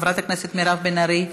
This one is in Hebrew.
חברת הכנסת מירב בן ארי,